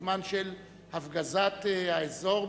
בזמן של הפגזת האזור,